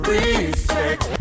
Respect